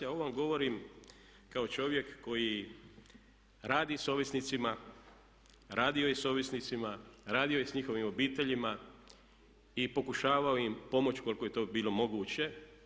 A ovo vam govorim kao čovjek koji radi s ovisnicima, radio je s ovisnicima, radio je s njihovim obiteljima i pokušavao im pomoći koliko je to bilo moguće.